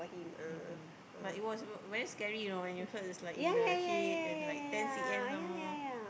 maybe but it was very very scared you know is like in the shades and like ten C_M some more